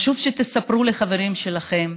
חשוב שתספרו לחברים שלכם